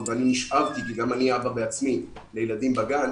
ואני נשאבתי כי גם אני בעצמי אבא לילדים בגן,